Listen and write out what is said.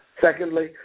Secondly